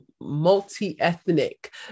multi-ethnic